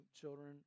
children